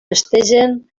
festegen